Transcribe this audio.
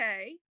okay